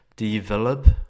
Develop